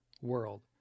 world